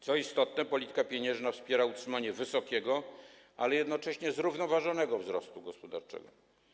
Co istotne, polityka pieniężna wspiera utrzymanie wysokiego, ale jednocześnie zrównoważonego wzrostu gospodarczego.